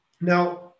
Now